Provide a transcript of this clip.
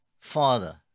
father